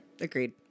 Agreed